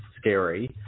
scary